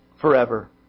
forever